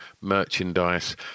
merchandise